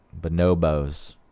bonobos